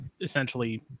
essentially